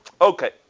Okay